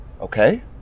okay